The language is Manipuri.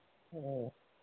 ꯎꯝ